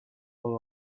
all